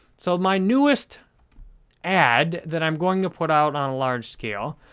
so, my newest ad that i'm going to put out on a large scale,